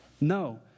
No